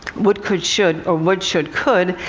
would, could, should, or would, should, could.